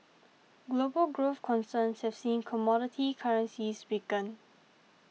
global growth concerns have seen commodity currencies weaken